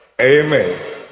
Amen